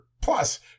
plus